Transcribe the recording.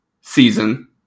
season